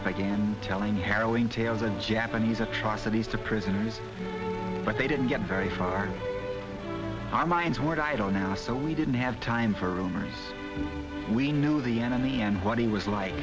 up again telling harrowing tales in japanese atrocities to prison but they didn't get very far our minds were i don't now so we didn't have time for rumors we knew the enemy and what he was like